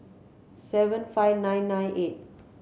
seven five nine nine eight